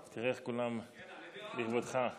כל בר-דעת מבין